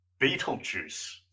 Beetlejuice